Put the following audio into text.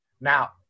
Now